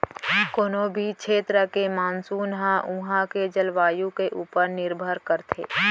कोनों भी छेत्र के मानसून ह उहॉं के जलवायु ऊपर निरभर करथे